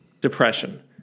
Depression